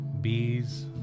bees